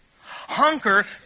Hunker